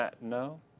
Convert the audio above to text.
No